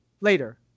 later